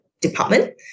department